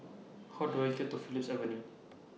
How Do I get to Phillips Avenue